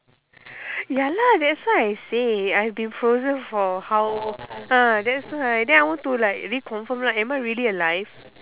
ya lah that's why I said I have been frozen for how ah that's why I want to reconfirm ah am I really alive